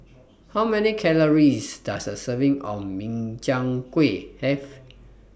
How Many Calories Does A Serving of Min Chiang Kueh Have